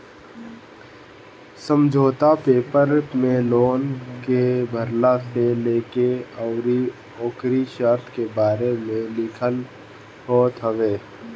समझौता पेपर में लोन के भरला से लेके अउरी ओकरी शर्त के बारे में लिखल होत हवे